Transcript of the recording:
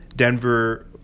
Denver